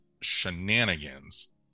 shenanigans